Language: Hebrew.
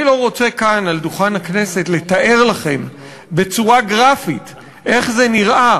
אני לא רוצה כאן על דוכן הכנסת לתאר לכם בצורה גרפית איך זה נראה